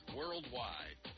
worldwide